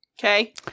Okay